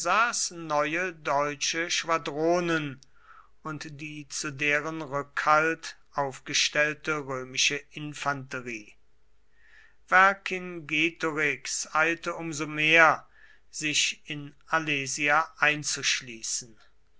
neue deutsche schwadronen und die zu deren rückhalt aufgestellte römische infanterie vercingetorix eilte um so mehr sich in alesia einzuschließen